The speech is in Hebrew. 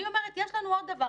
אני אומרת, יש לנו עוד דבר.